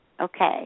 Okay